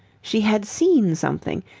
she had seen something,